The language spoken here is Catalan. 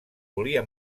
volia